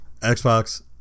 Xbox